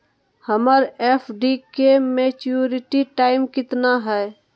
हमर एफ.डी के maturity time कितना है?